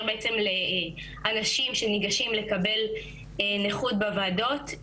בעצם לאנשים שניגשים לקבל נכות בוועדות,